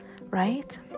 right